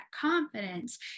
confidence